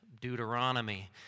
Deuteronomy